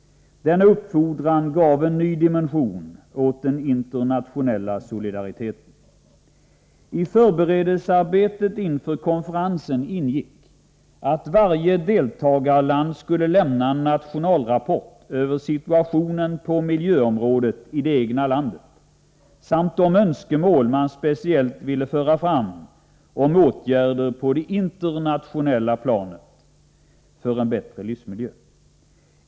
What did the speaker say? Denna uppfordran gav en ny dimension åt den internationella solidariteten. I förberedelsearbetet inför konferensen ingick att varje deltagarland skulle lämna en nationalrapport över situationen på miljöområdet i det egna landet samt vilka önskemål man speciellt ville föra fram om åtgärder på det internationella planet för en bättre livsmiljö.